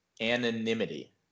anonymity